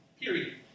period